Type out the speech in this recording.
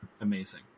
amazing